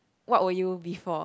what were you before